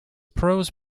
prose